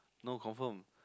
no confirm